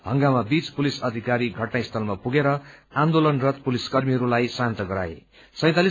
हंगामा बीच पुलिस अधिकारी घटनास्थलमा पुगेर आन्दोलनरत पुलिस कर्मीहरूलाई शान्त गराउन सफल भए